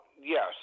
yes